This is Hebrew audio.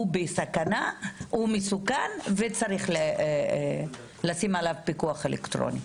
מסוכן וצריך לשים עליו פיקוח אלקטרוני?